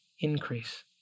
increase